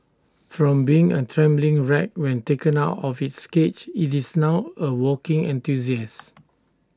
from being A trembling wreck when taken out of its cage IT is now A walking enthusiast